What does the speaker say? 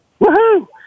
Woohoo